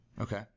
Okay